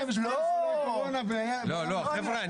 חבר'ה,